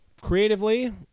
creatively